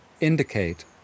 indicate